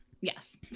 Yes